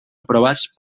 aprovats